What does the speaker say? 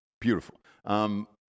beautiful